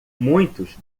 muitos